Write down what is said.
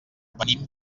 venim